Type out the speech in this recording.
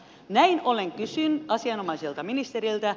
näin ollen kysyn asianomaiselta ministeriltä